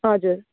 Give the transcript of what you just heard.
हजुर